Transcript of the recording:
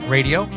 Radio